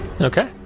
okay